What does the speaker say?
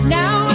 now